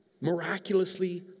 Miraculously